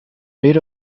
made